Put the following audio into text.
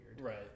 Right